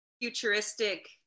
futuristic